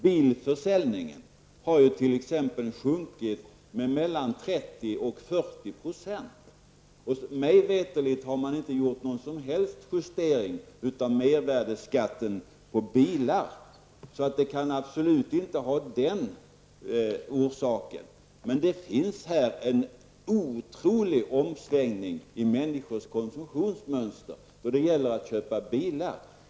Bilförsäljningen har t.ex. sjunkit med 30--40 %. Mig veterligt har det inte skett någon som helst justering av mervärdeskatten på bilar, och nedgången kan därför inte bero på detta. Det har skett en otrolig omsvängning i människors konsumtionsmönster när det gäller att köpa bilar.